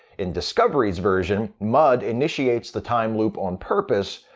in discovery's version, mudd initiates the time loop on purpose,